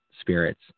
spirits